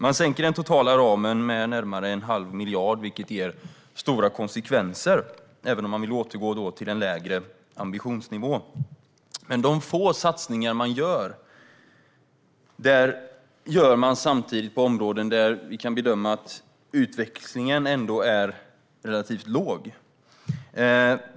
Man vill sänka den totala ramen med närmare en halv miljard, vilket ger stora konsekvenser även om man vill återgå till en lägre ambitionsnivå. Men de få satsningar som man gör satsar man på områden där utväxlingen ändå är relativt låg.